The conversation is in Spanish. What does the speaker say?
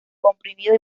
comprimido